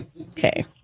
okay